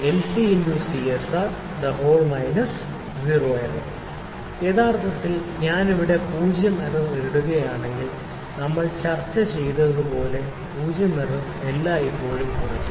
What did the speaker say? R - Zero Error യഥാർത്ഥത്തിൽ ഞാൻ ഇവിടെ പൂജ്യം എറർ ഇടുകയാണെങ്കിൽ നമ്മൾ ചർച്ച ചെയ്തതുപോലെ പൂജ്യം എറർ എല്ലായ്പ്പോഴും കുറയ്ക്കും